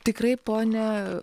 tikrai ponia